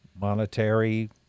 monetary